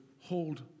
hold